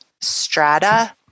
strata